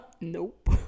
nope